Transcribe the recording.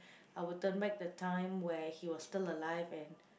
I would turn back the time where he was still alive and